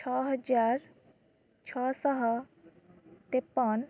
ଛଅ ହଜାର ଛଅ ଶହ ତେପନ